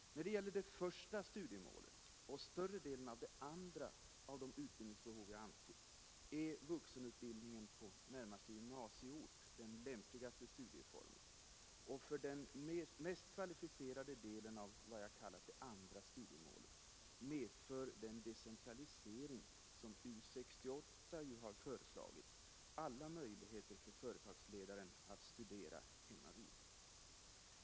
När det gäller det första studiemålet och större delen av det andra är vuxenutbildningen på närmaste gymnasieort den lämpligaste studieformen. För den mest kvalificerade delen av vad jag kallar det andra studiemålet medför den decentralisering som U 68 föreslagit alla möjligheter för företagsledaren att studera hemmavid.